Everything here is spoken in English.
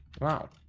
Wow